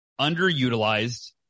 underutilized